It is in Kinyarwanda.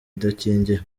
idakingiye